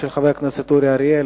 של חבר הכנסת אורי אריאל.